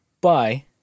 Bye